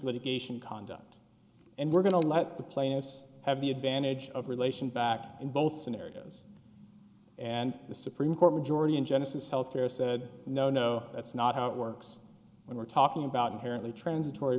litigation conduct and we're going to let the plaintiffs have the advantage of relation back in both scenarios and the supreme court majority in genesis health care said no no that's not how it works when we're talking about inherently transitory